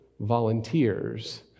volunteers